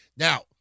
Now